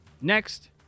Next